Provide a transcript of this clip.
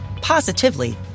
positively